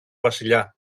βασιλιά